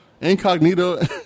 Incognito